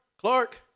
Clark